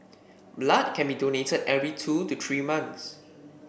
blood can be donated every two to three months